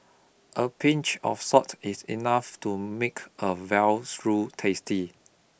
a pinch of salt is enough to make a veal stew tasty